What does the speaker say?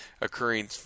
occurring